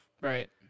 Right